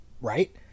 right